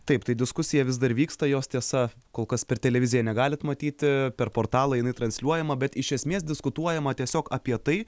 taip tai diskusija vis dar vyksta jos tiesa kol kas per televiziją negalit matyti per portalą jinai transliuojama bet iš esmės diskutuojama tiesiog apie tai